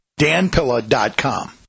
danpilla.com